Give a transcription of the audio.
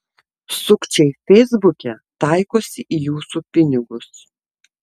sukčiai feisbuke taikosi į jūsų pinigus